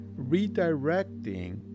redirecting